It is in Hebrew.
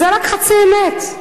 זו רק חצי האמת,